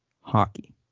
hockey